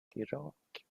irak